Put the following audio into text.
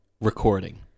recording